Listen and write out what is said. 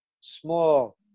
small